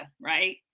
right